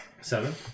Seven